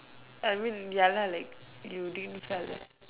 I mean ya lah like you didn't fell